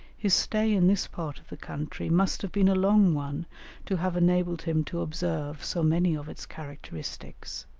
his stay in this part of the country must have been a long one to have enabled him to observe so many of its characteristics.